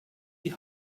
die